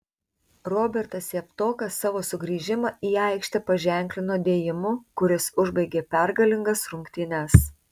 robertas javtokas savo sugrįžimą į aikštę paženklino dėjimu kuris užbaigė pergalingas rungtynes